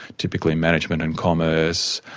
typically management and commerce,